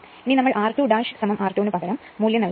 ഇനി നമ്മൾ r2 r 2 ഇന് പകരം മൂല്യം നൽകുക